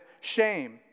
shame